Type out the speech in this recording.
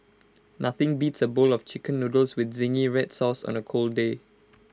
nothing beats A bowl of Chicken Noodles with Zingy Red Sauce on A cold day